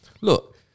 Look